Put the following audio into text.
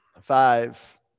Five